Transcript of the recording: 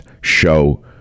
show